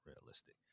realistic